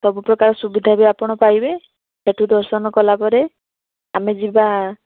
ସବୁପ୍ରକାର ସୁବିଧା ବି ଆପଣ ପାଇବେ ସେଠୁ ଦର୍ଶନ କଲାପରେ ଆମେ ଯିବା